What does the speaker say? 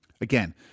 Again